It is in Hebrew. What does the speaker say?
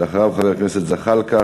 ואחריו, חבר הכנסת זחאלקה,